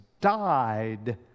died